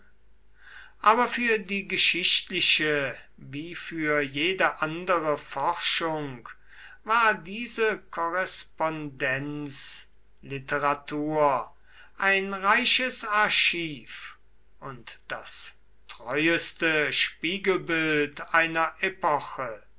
aber für die geschichtliche wie für jede andere forschung war diese korrespondenzliteratur ein reiches archiv und das treueste spiegelbild einer epoche